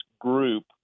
group